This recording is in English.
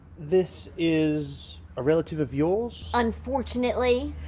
this is a retaliative of yours? unfortunately.